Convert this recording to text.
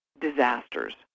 disasters